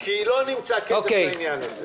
כי לא נמצא כסף לעניין הזה.